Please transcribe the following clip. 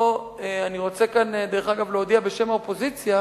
אני רוצה כאן, דרך אגב, להודיע בשם האופוזיציה,